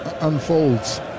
unfolds